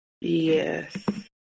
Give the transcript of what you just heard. Yes